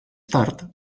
tard